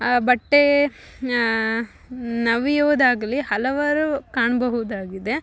ಆ ಬಟ್ಟೆ ನವಿಯೋದಾಗಲಿ ಹಲವಾರು ಕಾಣಬಹುದಾಗಿದೆ